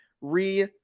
re